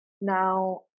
now